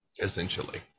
Essentially